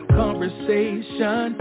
conversation